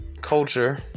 culture